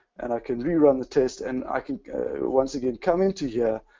and i can rerun the test. and i can once again come into here.